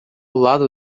lado